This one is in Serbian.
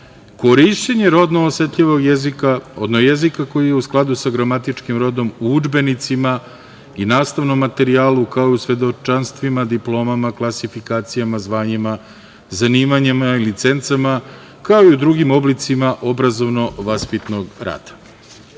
„Korišćenje rodno osetljivog jezika, jezika koji je u skladu sa gramatičkim rodom u udžbenicima i nastavnom materijalu, kao i u svedočanstvima, diplomama, klasifikacijama, zvanjima, zanimanjima i licencama, kao i u drugim oblicima obrazovno-vaspitnog